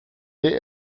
der